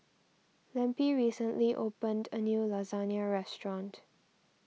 Lempi recently opened a new Lasagna restaurant